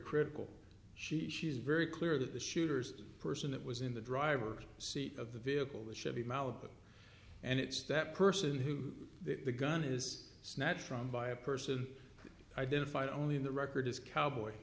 critical she she's very clear that the shooter's person that was in the driver's seat of the vehicle the chevy malibu and it's that person who the gun is snatched from by a person identified only in the record as cowboy